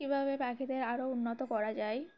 কীভাবে পাখিদের আরও উন্নত করা যায়